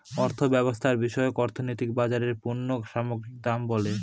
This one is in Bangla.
অর্থব্যবস্থা বিষয়ক অর্থনীতি বাজারে পণ্য সামগ্রীর দাম বলে